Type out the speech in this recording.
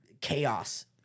chaos